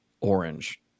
orange